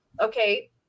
okay